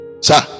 sir